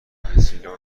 تحصیلات